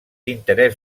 interès